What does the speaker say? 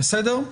בסדר?